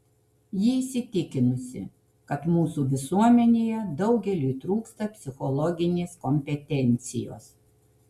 ji įsitikinusi kad mūsų visuomenėje daugeliui trūksta psichologinės kompetencijos